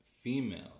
female